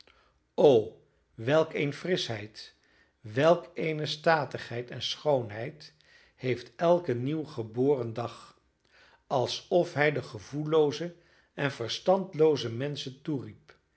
o welk een frischheid welk eene statigheid en schoonheid heeft elke nieuwgeboren dag alsof hij de gevoellooze en verstandlooze menschen toeriep